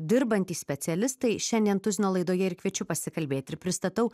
dirbantys specialistai šiandien tuzino laidoje ir kviečiu pasikalbėti ir pristatau